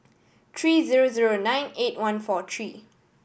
three zero zero nine eight one four three